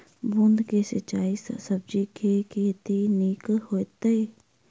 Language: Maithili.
बूंद कऽ सिंचाई सँ सब्जी केँ के खेती नीक हेतइ?